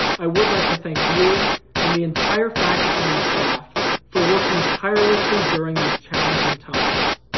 i would like to thank you and the entire faculty and staff for working tirelessly during these challenging times,